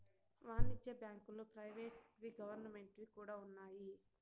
వాణిజ్య బ్యాంకుల్లో ప్రైవేట్ వి గవర్నమెంట్ వి కూడా ఉన్నాయి